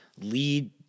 lead